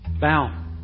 Bow